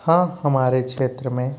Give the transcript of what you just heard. हाँ हमारे क्षेत्र में